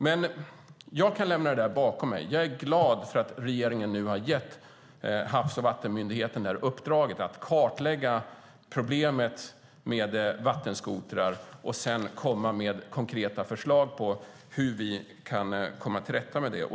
Men jag kan lämna det där bakom mig. Jag är glad över att regeringen nu har gett Havs och vattenmyndigheten uppdraget att kartlägga problemet med vattenskotrar och sedan komma med konkreta förslag på hur vi kan komma till rätta med det.